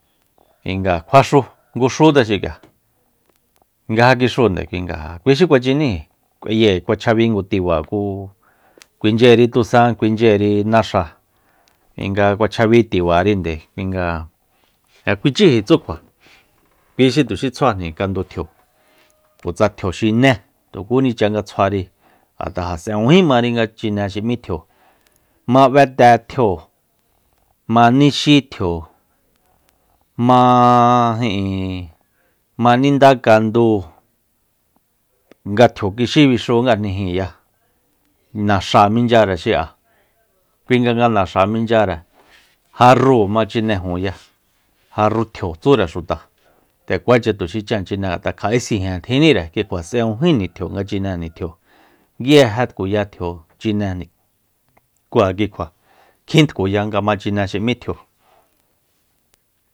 Kui nga kjua xú ngu xútse xik'ia nga ja kixunde kuinga ja kui xi kjuachiníi k'ueyée kjua chjabi ngu tiba kú kuinchyeri tusan kuinchyeri naxa kuinga kjuachjabi tibarinde kuinga ja kuichíji tsú kjua kui xi tuxí tsjuajni kandu tjio kutsa tjio xiné tukúnicha nga tsjuari ngt'a s'ejúnjímari nga chine xi m'í tjio ma b'éte tjio ma nixí tjio maa ijin ma nindá kandúu nga tjio kixí bixungajnijinya naxa michyare xi'a kui nga naxa minchyare jarrúu ma chinejuya jarrutjio tsúre xuta nde kuacha tuxi chan chine ngat'a kja'é sijen tjinníre kikja s'ejúnjíjni nga tjio nga chinéjni tjio nguje tkuya tjio chinéjni kú ja kikjua kjin tkuya nga machiné xi m'í tjio